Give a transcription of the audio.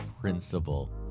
principle